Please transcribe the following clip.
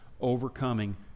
overcoming